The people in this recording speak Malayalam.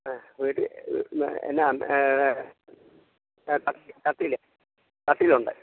ആ വീട്ടി എന്നാ കത്തി കത്തിയില്ല കത്തിയിലുണ്ട്